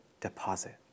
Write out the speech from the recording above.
deposit